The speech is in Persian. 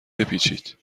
بپیچید